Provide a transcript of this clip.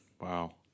Wow